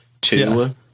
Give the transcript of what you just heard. two